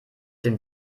dem